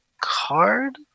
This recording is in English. card